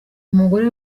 umugore